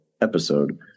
episode